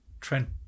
Trent